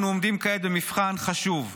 אנחנו עומדים כעת במבחן חשוב: